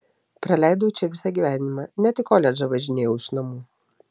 praleidau čia visą gyvenimą net į koledžą važinėjau iš namų